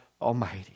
Almighty